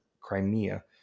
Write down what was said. Crimea